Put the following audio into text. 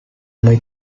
muy